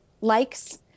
likes